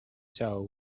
tell